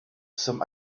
some